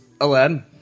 Aladdin